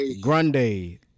grande